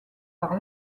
par